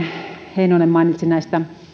heinonen mainitsi näistä